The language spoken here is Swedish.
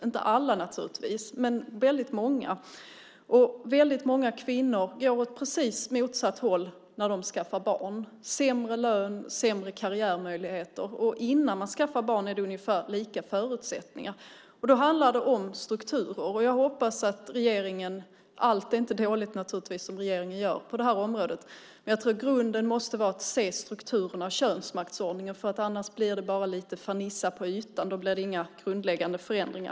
Inte alla naturligtvis, men väldigt många. Väldigt många kvinnor går åt precis motsatt håll när de skaffar barn, sämre lön och sämre karriärmöjligheter. Innan man skaffar barn är förutsättningarna ungefär lika. Då handlar det om strukturer. Allt är naturligtvis inte dåligt som regeringen gör på det här området, men jag tror att grunden måste vara att se strukturerna, könsmaktsordningen, för annars blir det bara lite fernissa på ytan. Då blir det inga grundläggande förändringar.